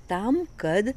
tam kad